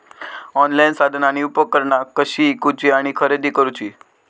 Online साधना आणि उपकरणा कशी ईकूची आणि खरेदी करुची?